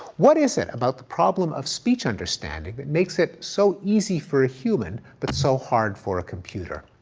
what is it about the problem of speech understanding that makes it so easy for a human, but so hard for a computer?